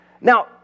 Now